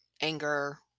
anger